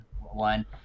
one